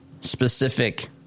specific